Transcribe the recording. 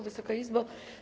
Wysoka Izbo!